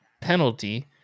penalty